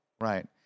right